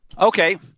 Okay